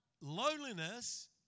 Loneliness